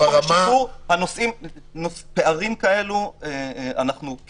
פערים כאלה אמרתי